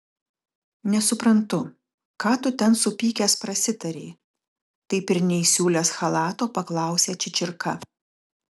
nesuprantu ką tu ten supykęs prasitarei taip ir neįsiūlęs chalato paklausė čičirka